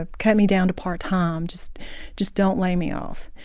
ah cut me down to part time. just just don't lay me off.